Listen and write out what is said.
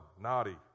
naughty